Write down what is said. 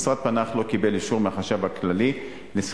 המשרד פנה אך לא קיבל אישור מהחשב הכללי לשכירת